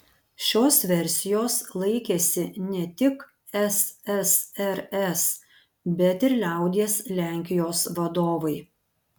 šios versijos laikėsi ne tik ssrs bet ir liaudies lenkijos vadovai